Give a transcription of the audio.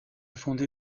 fondé